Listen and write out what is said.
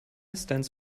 stands